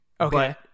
Okay